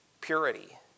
purity